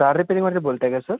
car रिपेरिंगवाले बोलत आहे का सर